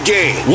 Game